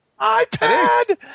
iPad